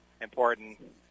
important